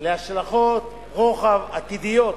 להשלכות רוחב עתידיות